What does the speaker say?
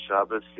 Shabbos